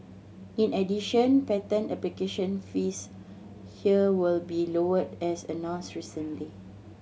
in addition patent application fees here will be lowered as announced recently